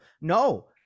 No